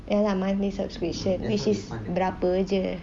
ya lah monthly subscription which is berapa jer